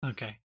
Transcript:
Okay